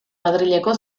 madrileko